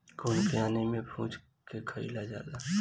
कोन के आगि में भुज के खाइल जाला